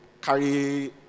carry